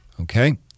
okay